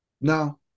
No